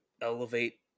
elevate